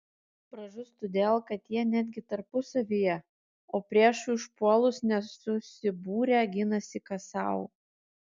pražus todėl kad jie netgi tarpusavyje o priešui užpuolus nesusibūrę ginasi kas sau